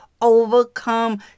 overcome